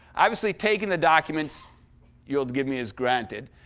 obviously, taking the documents you'll give me is granted,